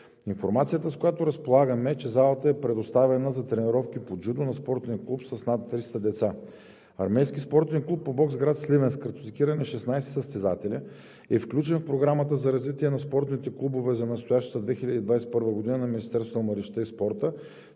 Информацията, с която разполагам, е, че залата е предоставена за тренировки по джудо на спортен клуб с над 300 деца. Армейски спортен клуб по бокс – гр. Сливен, с картотекирани 16 състезатели е включен в Програмата за развитие на спортните клубове за настоящата 2021 г. на Министерството на младежта и спорта